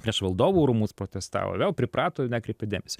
prieš valdovų rūmus protestavo vėl priprato ir nekreipia dėmesio